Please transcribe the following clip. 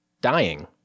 dying